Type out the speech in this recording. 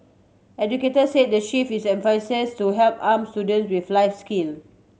educators say the shift is emphasis to help arm students with life skill